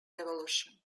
revolution